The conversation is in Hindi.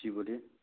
जी बोलिए